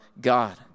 God